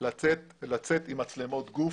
לצאת עם מצלמות גוף.